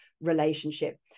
relationship